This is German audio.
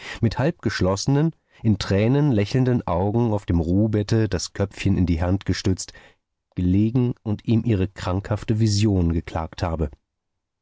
mit halb geschlossenen in tränen lächelnden augen auf dem ruhbette das köpfchen in die hand gestützt gelegen und ihm ihre krankhafte visionen geklagt habe